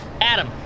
Adam